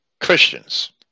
Christians